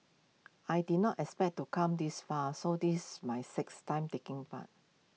I did not expect to come this far so this my sixth time taking part